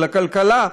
על הכלכלה,